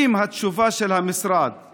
אם התשובה של המשרד היא